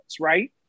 right